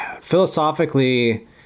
philosophically